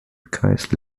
requires